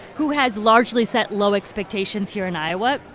who has largely set low expectations here in iowa,